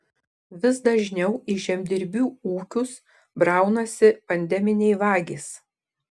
vis dažniau į žemdirbių ūkius braunasi pandeminiai vagys